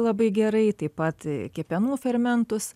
labai gerai taip pat kepenų fermentus